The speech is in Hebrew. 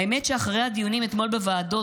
האמת שאחרי הדיונים אתמול בוועדות,